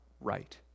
right